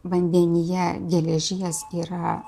vandenyje geležies yra